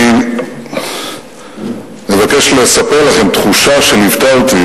אני מבקש לספר לכם על תחושה שליוותה אותי